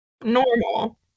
normal